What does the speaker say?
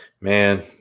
man